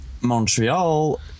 Montreal